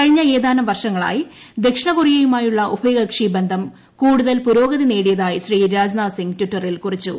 കഴിഞ്ഞ ഏതാനും വർഷങ്ങളായി ദക്ഷിണ കൊറിയയുമായുള്ള ഉഭയകക്ഷി ബന്ധം കൂടുതൽ പുരോഗതി നേടിയതായി ശ്രീ രാജ്നാഥ് സിംഗ് ടിറ്ററിൽ കുറിച്ചു